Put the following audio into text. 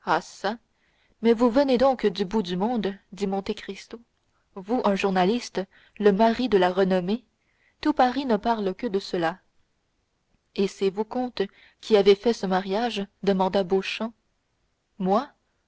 mais vous venez donc du bout du monde dit monte cristo vous un journaliste le mari de la renommée tout paris ne parle que de cela et c'est vous comte qui avez fait ce mariage demanda beauchamp moi